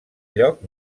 lloc